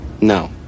No